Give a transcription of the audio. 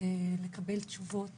לקבל תשובות